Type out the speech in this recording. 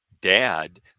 dad